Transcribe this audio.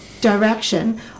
direction